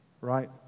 right